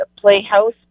playhouse